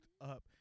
up